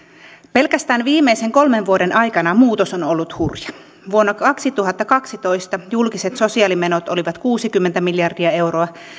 pelkästään viimeisen kolmen vuoden aikana muutos on on ollut hurja vuonna kaksituhattakaksitoista julkiset sosiaalimenot olivat kuusikymmentä miljardia euroa